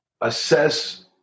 assess